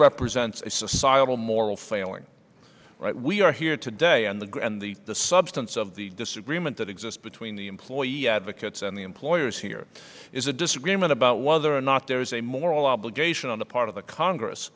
represents a societal moral failing we are here today on the ground the the substance of the disagreement that exists between the employee advocates and the employers here is a disagreement about whether or not there is a moral obligation on the part of the congress